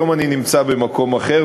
היום אני נמצא במקום אחר,